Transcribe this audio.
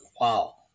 Wow